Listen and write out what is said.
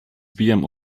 wbijam